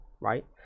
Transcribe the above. right